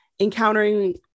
encountering